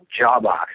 Jawbox